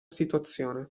situazione